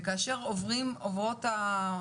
כאשר עוברים השבועיים,